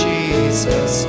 Jesus